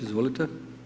Izvolite.